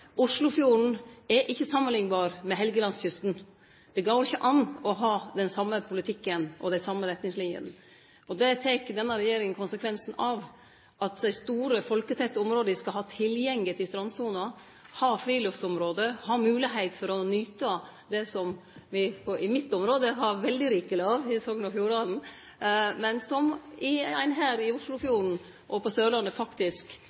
Oslofjorden er ikkje samanliknbar med Helgelandskysten. Da går det ikkje an å ha den same politikken og dei same retningslinene. Det tek denne regjeringa konsekvensen av. Dei store folketette områda skal ha tilgjenge til strandsona, ha friluftsområde, ha moglegheit for å nyte det som me i mitt område, i Sogn og Fjordane, har veldig rikeleg av, men som ein her ved Oslofjorden og på Sørlandet faktisk